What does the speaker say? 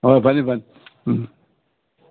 ꯍꯣꯏ ꯐꯅꯤ ꯐꯅꯤ ꯎꯝ